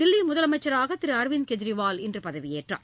தில்லி முதலமைச்சராக திரு அரவிந்த கெஜ்ரிவால் இன்று பதவியேற்றார்